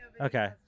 Okay